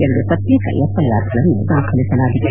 ಎರಡು ಪ್ರತ್ಯೇಕ F I ಆರ್ಗಳನ್ನು ದಾಖಲಿಸಲಾಗಿದೆ